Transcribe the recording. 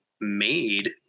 made